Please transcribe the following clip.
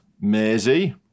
Maisie